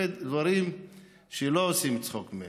אלה דברים שלא עושים צחוק מהם.